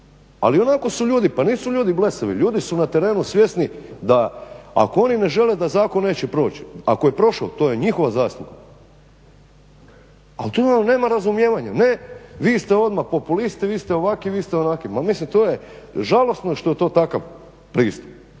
Ali onako su ljudi, pa nisu ljudi blesavi, ljudi su na terenu svjesni da ako oni ne žele da zakon neće proći, ako je prošao, to je njihova zasluga ali tu vam nema razumijevanja, ne vi ste odmah populisti, vi ste ovakvi, vi ste onakvi, ma mislim to je žalosno što je to takav pristup,